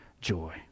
joy